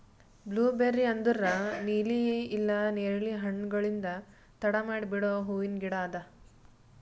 blueberry ಅಂದುರ್ ನೀಲಿ ಇಲ್ಲಾ ನೇರಳೆ ಹಣ್ಣುಗೊಳ್ಲಿಂದ್ ತಡ ಮಾಡಿ ಬಿಡೋ ಹೂವಿನ ಗಿಡ ಅದಾ